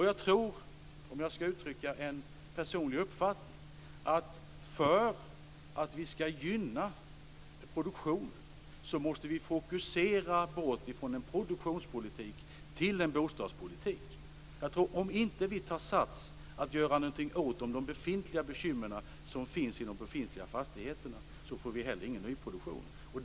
Jag tror, om jag skall uttrycka en personlig uppfattning, att vi för att gynna produktionen måste fokusera bort från en produktionspolitik till en bostadspolitik. Om vi inte tar sats för att göra något åt de befintliga bekymren i de befintliga fastigheterna får vi heller ingen nyproduktion.